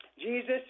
Jesus